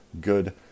good